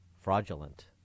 fraudulent